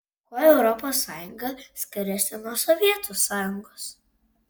kuo europos sąjunga skiriasi nuo sovietų sąjungos